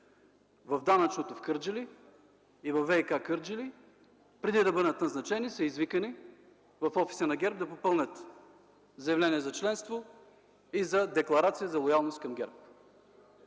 в данъчното в Кърджали и във ВиК – Кърджали, преди да бъдат назначени, са извикани в офиса на ГЕРБ да попълнят заявление за членство и декларация за лоялност към ГЕРБ.